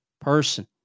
person